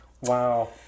Wow